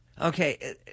Okay